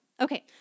Okay